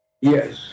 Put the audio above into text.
Yes